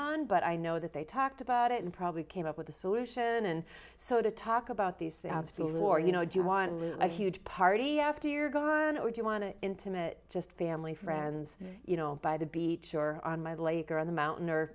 on but i know that they talked about it and probably came up with a solution and so to talk about these things absolutely war you know do you want a huge party after your gun or do you want to intimate just family friends you know by the beach or on my lake or on the mountain or